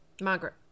Margaret